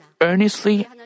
earnestly